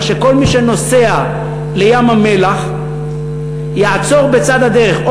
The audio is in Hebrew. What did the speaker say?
כך שכל מי שנוסע לים-המלח יעצור בצד הדרך,